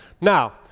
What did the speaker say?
Now